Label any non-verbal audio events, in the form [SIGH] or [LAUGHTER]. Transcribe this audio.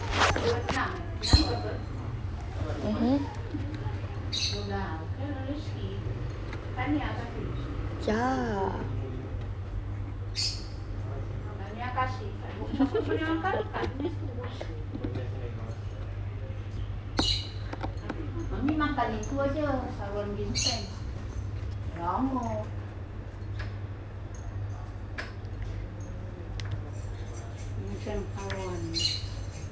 mmhmm ya [LAUGHS]